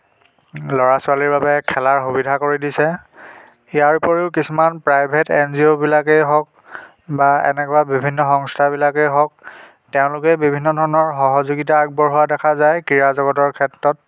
ল'ৰা ছোৱালীৰ বাবে খেলাৰ সুবিধা কৰি দিছে ইয়াৰ উপৰিও কিছুমান প্ৰাইভেট এন জি অ'বিলাকেই হওক বা এনেকুৱা বিভিন্ন সংস্থাবিলাকেই হওক তেওঁলোকে বিভিন্ন ধৰণৰ সহযোগিতা আগবঢ়োৱা দেখা যায় ক্ৰীড়া জগতৰ ক্ষেত্ৰত